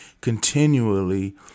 continually